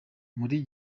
muri